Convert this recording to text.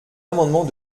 amendement